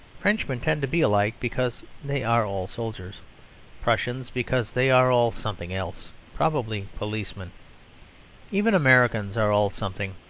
frenchmen tend to be alike, because they are all soldiers prussians because they are all something else, probably policemen even americans are all something,